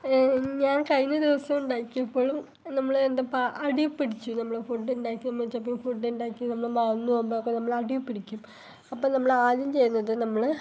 ഞാൻ കഴിഞ്ഞ ദിവസവുണ്ടാക്ക്യപ്പളും നമ്മളെന്ത പാ അടീപ്പിടിച്ചു നമ്മൾ ഫുഡ്ഡിണ്ടാക്കി നമുക്കപ്പം ഫുഡ്ഡ്ണ്ടാക്കി നമ്മൾ മറന്ന് പോകുമ്പോക്കെ നമ്മളടീപ്പിടിക്കും അപ്പം നമ്മളാദ്യം ചെയ്യുന്നത് നമ്മൾ